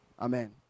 amen